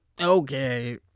Okay